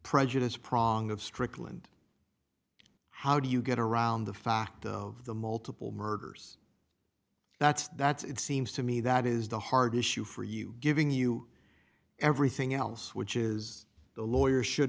prejudice prong of strickland how do you get around the fact of the multiple murders that's that's it seems to me that is the hardest to for you giving you everything else which is the lawyers should